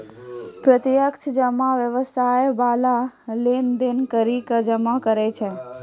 प्रत्यक्ष जमा व्यवसाय बाला लेन देन करि के जमा करै छै